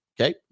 Okay